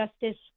justice